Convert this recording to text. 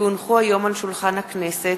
כי הונחו היום על שולחן הכנסת,